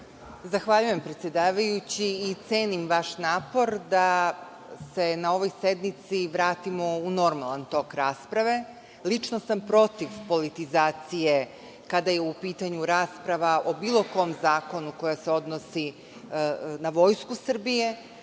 Zahvaljujem, predsedavajući. Cenim vaš napor da se na ovoj sednici vratimo u normalan tok rasprave. Lično sam protiv politizacije kada je u pitanju rasprava o bilo kom zakonu koji se odnosi na Vojsku Srbije.